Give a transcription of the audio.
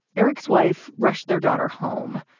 eric's wife rushed their daughter home.